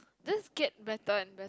just get better and better each sem